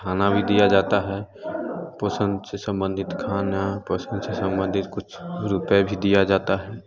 खाना भी दिया जाता है पोषण से सम्बंधित खाना पोषण से सम्बंधित कुछ रुपये भी दिया जाता है